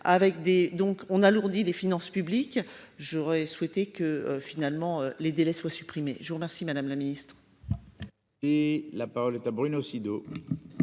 donc on alourdit les finances publiques. J'aurais souhaité que finalement les délais soient supprimés. Je vous remercie, madame la ministre.